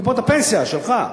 מקופות הפנסיה שלך.